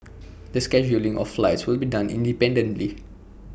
the scheduling of flights will be done independently